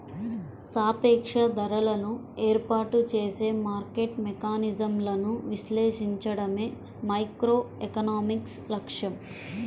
సాపేక్ష ధరలను ఏర్పాటు చేసే మార్కెట్ మెకానిజమ్లను విశ్లేషించడమే మైక్రోఎకనామిక్స్ లక్ష్యం